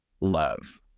love